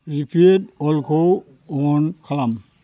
repeat अ'लखौ अन खालाम